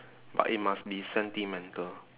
but it must be sentimental